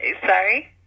Sorry